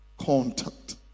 contact